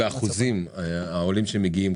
יש לכם את הפילוח באחוזים של העולים שמגיעים,